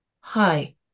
hi